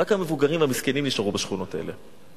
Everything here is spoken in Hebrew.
רק המבוגרים המסכנים נשארו בשכונות האלה.